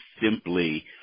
simply